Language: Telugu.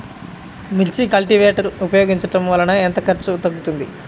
మిర్చి కల్టీవేటర్ ఉపయోగించటం వలన ఎంత ఖర్చు తగ్గుతుంది?